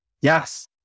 Yes